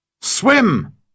Swim